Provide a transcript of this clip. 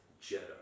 Jetta